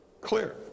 Clear